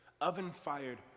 oven-fired